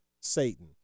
Satan